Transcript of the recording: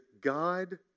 God